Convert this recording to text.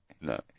No